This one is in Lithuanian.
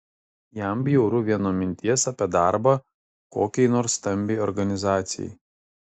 jam bjauru vien nuo minties apie darbą kokiai nors stambiai organizacijai